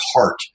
heart